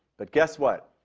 but guess what,